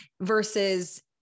versus